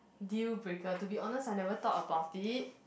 deal breaker to be honest I never thought about it